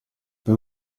per